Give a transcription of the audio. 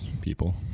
people